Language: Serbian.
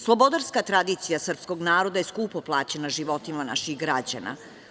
Slobodarska tradicija srpskog naroda je skupo plaćena životima naših građana.